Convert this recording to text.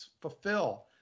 fulfill